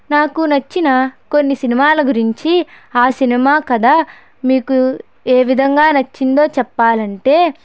నాకు నచ్చిన కొన్ని సినిమాల గురించి ఆ సినిమా కథ మీకు ఏ విధంగా నచ్చిందో చెప్పాలంటే